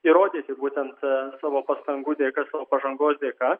įrodyti būtent savo pastangų dėka savo pažangos dėka